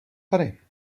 tady